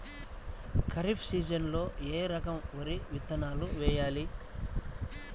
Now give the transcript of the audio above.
ఖరీఫ్ సీజన్లో ఏ రకం వరి విత్తనాలు వేయాలి?